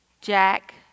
Jack